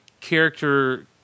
character